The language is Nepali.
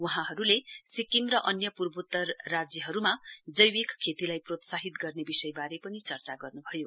वहाँले सिक्किम र अन्य पूर्वोत्तर राज्यहरुमा जैविक खेतीलाई प्रोत्साहित गर्ने विषयवारे पनि चर्चा गर्नुभयो